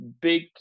big